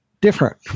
different